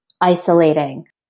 isolating